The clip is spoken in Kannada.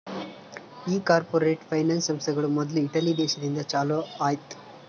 ಈ ಕಾರ್ಪೊರೇಟ್ ಫೈನಾನ್ಸ್ ಸಂಸ್ಥೆಗಳು ಮೊದ್ಲು ಇಟಲಿ ದೇಶದಿಂದ ಚಾಲೂ ಆಯ್ತ್